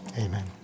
Amen